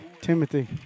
Timothy